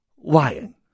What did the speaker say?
lying